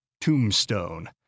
Tombstone